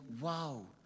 Wow